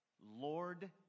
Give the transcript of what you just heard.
Lord